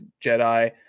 Jedi